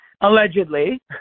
allegedly